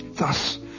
Thus